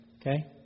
okay